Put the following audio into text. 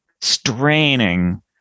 straining